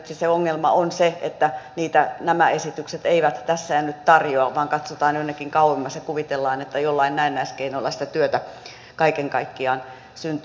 siis se ongelma on se että niitä nämä esitykset eivät tässä ja nyt tarjoa vaan katsotaan jonnekin kauemmas ja kuvitellaan että joillain näennäiskeinoilla sitä työtä kaiken kaikkiaan syntyy